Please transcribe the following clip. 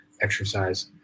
exercise